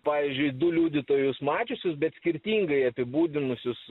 pavyzdžiui du liudytojus mačiusius bet skirtingai apibūdinusius